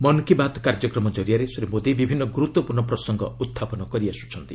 ମନ୍କୀ ବାତ୍ କାର୍ଯ୍ୟକ୍ରମ ଜରିଆରେ ଶ୍ରୀ ମୋଦି ବିଭିନ୍ନ ଗୁରୁତ୍ୱପୂର୍ଣ୍ଣ ପ୍ରସଙ୍ଗ ଉତ୍ଥାପନ କରିଆସୁଛନ୍ତି